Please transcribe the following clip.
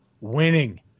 Winning